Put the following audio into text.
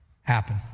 happen